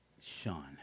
Sean